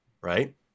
right